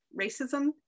racism